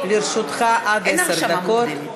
לרשותך עד עשר דקות.